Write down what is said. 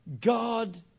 God